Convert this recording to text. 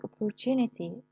opportunity